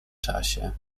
czasie